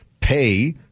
pay